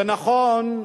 זה נכון,